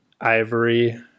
ivory